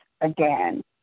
again